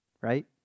Right